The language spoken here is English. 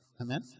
Amen